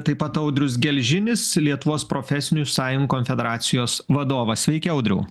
taip pat audrius gelžinis lietuvos profesinių sąjungų konfederacijos vadovas sveiki audriau